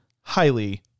highly